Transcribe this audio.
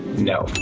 no.